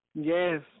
Yes